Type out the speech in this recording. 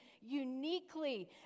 uniquely